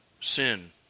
sin